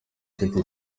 ufite